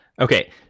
Okay